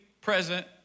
present